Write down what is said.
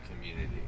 community